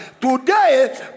today